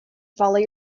follow